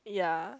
yeah